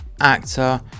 actor